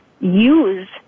use